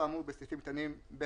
"(ד) (1)על אף האמור בסעיפים קטנים (ב),